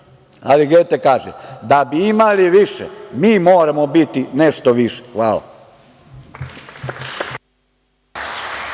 ali Gete kaže – da bi imali više, mi moramo biti nešto više. Hvala.